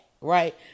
Right